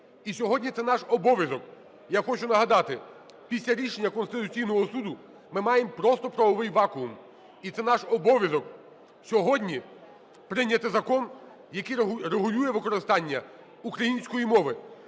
І сьогодні це наш обов'язок. Я хочу нагадати, після рішення Конституційного Суду ми маємо просто правовий вакуум, і це наш обов'язок сьогодні – прийняти закон, який регулює використання української мови,